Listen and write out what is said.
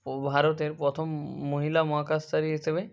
ও ভারতের প্রথম মহিলা মহাকাশচারী হিসেবে